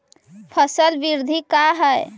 फसल वृद्धि का है?